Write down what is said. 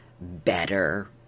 better